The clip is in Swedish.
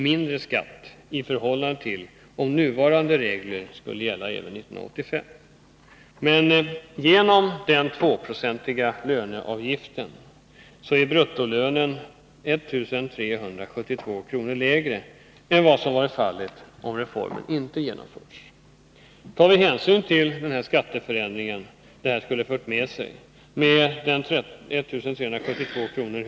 mindre i skatt i förhållande till om nuvarande regler skulle gälla även 1985. Men genom den 2-procentiga löneavgiften är bruttolönen 1372 kr. lägre än vad som varit fallet om reformen inte genomförts. Tar vi hänsyn till den skatteförändring detta skulle fört med sig med den 1372 kr.